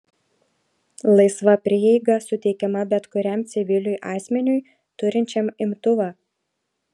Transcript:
laisva prieiga suteikiama bet kuriam civiliui asmeniui turinčiam imtuvą